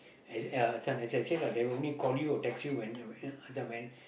as yeah this one as I said lah they will only call you or text you when it's like